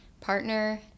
partner